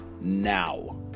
now